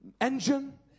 engine